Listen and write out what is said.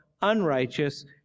unrighteous